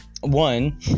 one